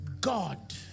God